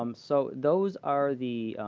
um so those are the